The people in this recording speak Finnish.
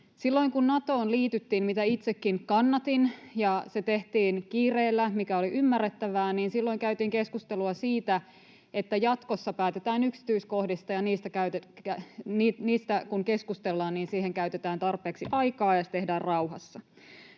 Silloin, kun Natoon liityttiin — mitä itsekin kannatin, ja se tehtiin kiireellä, mikä oli ymmärrettävää — käytiin keskustelua siitä, että jatkossa päätetään yksityiskohdista ja niistä kun keskustellaan, niin siihen käytetään tarpeeksi aikaa ja se tehdään rauhassa.